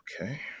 Okay